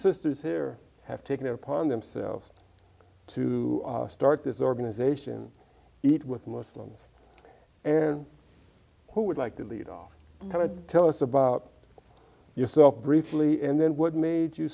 sisters here have taken it upon themselves to start this organization it with muslims and who would like to lead off kind of tell us about yourself briefly and then what made you